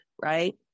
right